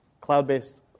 cloud-based